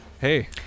Hey